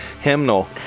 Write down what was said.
hymnal